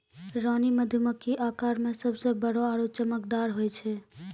रानी मधुमक्खी आकार मॅ सबसॅ बड़ो आरो चमकदार होय छै